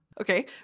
Okay